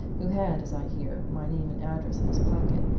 who had, as i hear, my name and address in his pocket,